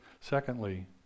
secondly